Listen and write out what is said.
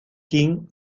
king